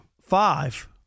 Five